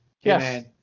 Yes